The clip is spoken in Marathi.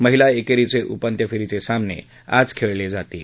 महिला एकेरीचे उपांत्य फेरीचे सामने आज खेळले जातील